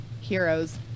heroes